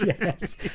Yes